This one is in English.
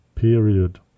Period